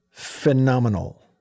Phenomenal